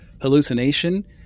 hallucination